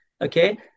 okay